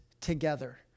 together